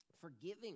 forgiving